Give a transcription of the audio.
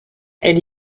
elle